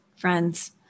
friends